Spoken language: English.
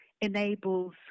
enables